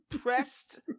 ...pressed